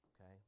Okay